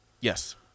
Yes